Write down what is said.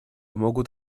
могут